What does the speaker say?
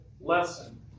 lesson